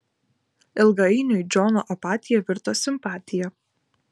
ilgainiui džono apatija virto simpatija